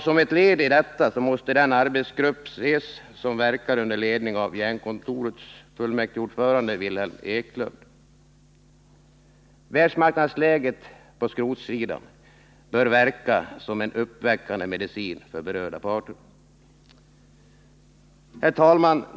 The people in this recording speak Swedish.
Som ett led i detta måste den arbetsgrupp ses som verkar under ledning av Jernkontorets fullmäktigeordförande Wilhelm Ekman. Världsmarknadsläget på skrotsidan bör verka som en uppväckande medicin för berörda parter. Herr talman!